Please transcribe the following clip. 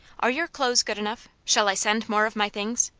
are your clothes good enough? shall i send more of my things?